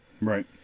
right